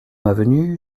avenue